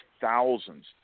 thousands